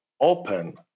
open